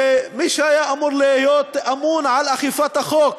שמי שהיה אמור להיות אמון על אכיפת החוק